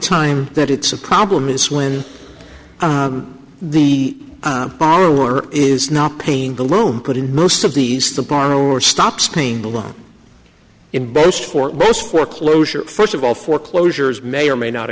time that it's a problem is when the borrower is not paying the loan put in most of these the borrower stops paying the loan in both foremost foreclosure first of all foreclosures may or may not